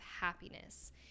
happiness